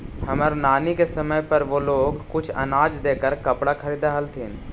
हमर नानी के समय पर वो लोग कुछ अनाज देकर कपड़ा खरीदअ हलथिन